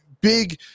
big